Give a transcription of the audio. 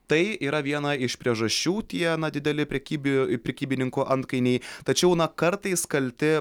tai yra viena iš priežasčių tie na dideli prekybi prekybininkų antkainiai tačiau na kartais kalti